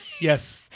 Yes